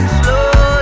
slow